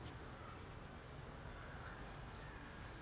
ya ya ya se~ !aiyo! I think the people there are all like very